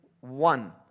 one